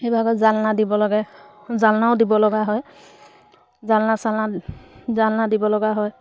সেইভাগত জালনা দিব লাগে জালনাও দিব লগা হয় জালনা চালনা জালনা দিব লগা হয়